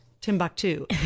Timbuktu